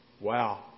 wow